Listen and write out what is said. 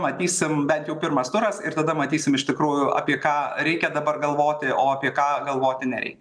matysim bent jau pirmas turas ir tada matysim iš tikrųjų apie ką reikia dabar galvoti o apie ką galvoti nereikia